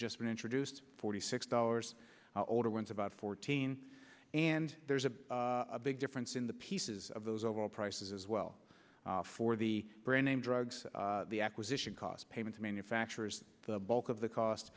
been introduced forty six dollars older ones about fourteen and there's a big difference in the pieces of those overall prices as well for the brand name drugs the acquisition cost payments manufacturers the bulk of the cost